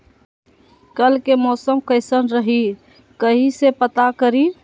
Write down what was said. कल के मौसम कैसन रही कई से पता करी?